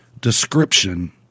description